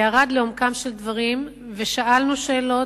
ירד לעומקם של דברים, ושאלנו שאלות,